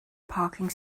parking